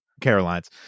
caroline's